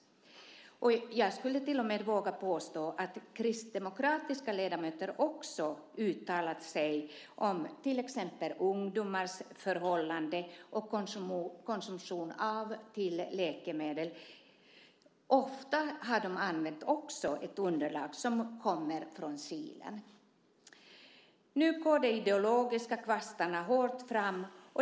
Jag skulle till och med våga påstå att också kristdemokratiska ledamöter uttalat sig om till exempel ungdomars förhållanden och konsumtion av läkemedel. Ofta har de också använt ett underlag som kommer från Kilen. Nu går de ideologiska kvastarna hårt fram.